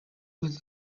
was